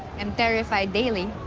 i'm terrified daily,